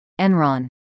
Enron